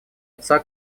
отца